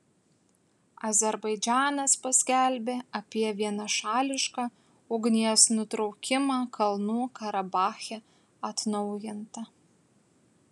azerbaidžanas paskelbė apie vienašališką ugnies nutraukimą kalnų karabache atnaujinta